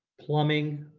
plumbing,